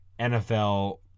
NFL